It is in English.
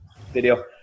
video